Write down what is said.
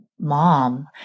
Mom